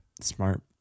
smart